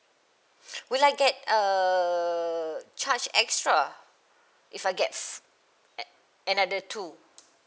will I get uh charge extra if I get a~ another two